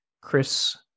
Chris